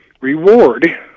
reward